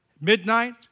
midnight